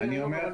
אדוני היו"ר,